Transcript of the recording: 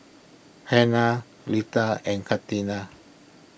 Hernan Leta and Katina